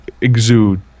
exude